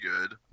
good